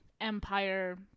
empire